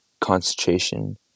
concentration